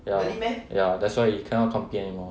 ya ya that's why he cannot compete anymore